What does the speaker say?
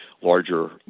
larger